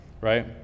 right